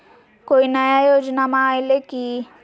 कोइ नया योजनामा आइले की?